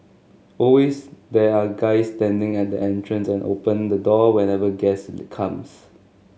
always there are guys standing at the entrance and open the door whenever guests becomes